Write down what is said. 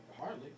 Hardly